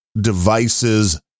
devices